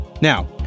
Now